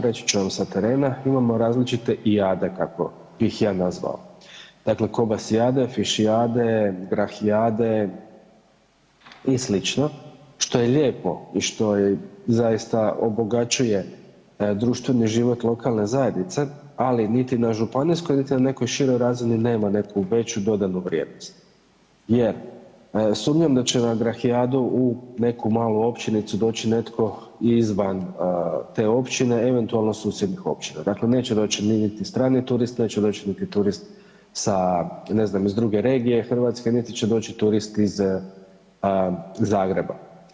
Reći ću vam sa terena, imamo različite ijade kako bih ih ja nazvao, dakle kobasijade, fišijade, grahijade i sl. što je lijepo i što zaista obogaćuje društveni život lokalne zajednice, ali niti na županijskoj niti na nekoj široj razini nema neku veću dodanu vrijednost jer sumnjam da će na grahijadu u neku malu općinicu doći netko i izvan te općine, eventualno susjednih općina, dakle neće doći niti strani turist neće doći niti turist ne znam iz druge regije, niti će doći turist iz Zagreba.